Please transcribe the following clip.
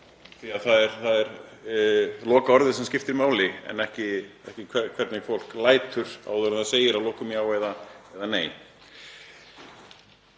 því að það er lokaorðið sem skiptir máli en ekki hvernig fólk lætur áður en það segir að lokum já eða nei.